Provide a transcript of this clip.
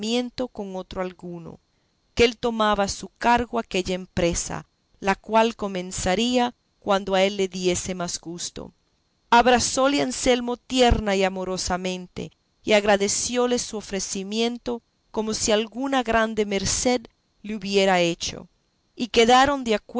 con otro alguno que él tomaba a su cargo aquella empresa la cual comenzaría cuando a él le diese más gusto abrazóle anselmo tierna y amorosamente y agradecióle su ofrecimiento como si alguna grande merced le hubiera hecho y quedaron